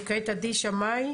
כעת עדי שמאי,